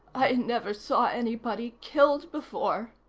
i never saw anybody killed before,